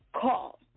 call